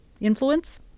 influence